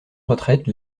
retraite